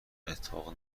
اتفاق